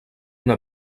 una